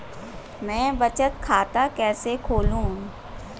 मैं बचत खाता कैसे खोलूं?